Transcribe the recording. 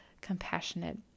compassionate